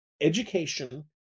education